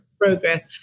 progress